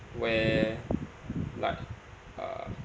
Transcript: where like uh